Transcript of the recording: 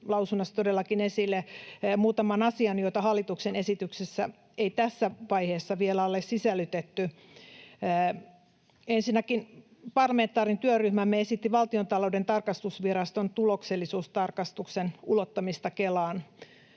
lausunnossa todellakin esille muutaman asian, joita hallituksen esitykseen ei tässä vaiheessa vielä ole sisällytetty. Ensinnäkin parlamentaarinen työryhmämme esitti Valtiontalouden tarkastusviraston tuloksellisuustarkastuksen ulottamista Kelaan.